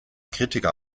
kritiker